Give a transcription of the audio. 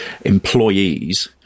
employees